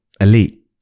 elite